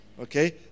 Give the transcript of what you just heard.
Okay